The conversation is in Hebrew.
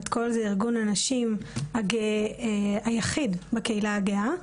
בת קול זה ארגון הנשים היחיד בקהילה הגאה.